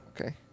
Okay